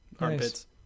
armpits